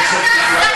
החוק הזה חשוב.